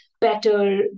better